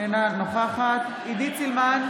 אינה נוכחת עידית סילמן,